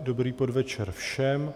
Dobrý podvečer všem.